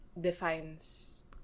defines